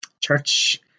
Church